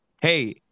Hey